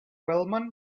wellman